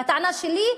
והטענה שלי,